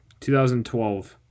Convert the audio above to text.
2012